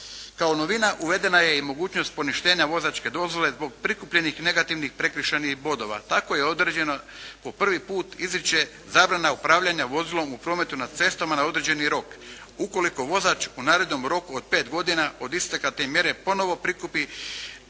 Kao novina uvedena je i mogućnost poništenja vozačke dozvole zbog prikupljenih negativnih prekršajnih bodova. Tako je određeno po prvi put izriče zabrana upravljanja vozilom u prometu na cestama na određeni rok ukoliko vozač u narednom roku od pet godina od isteka te mjere ponovo prikupi